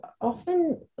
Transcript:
often